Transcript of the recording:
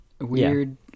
weird